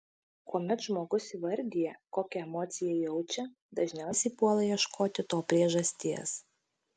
kuomet žmogus įvardija kokią emociją jaučia dažniausiai puola ieškoti to priežasties